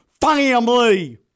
Family